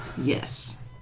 Yes